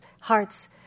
hearts